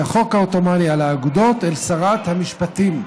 החוק העות'מאני על האגודות אל שרת המשפטים.